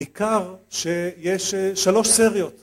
עיקר שיש שלוש סריות